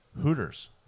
Hooters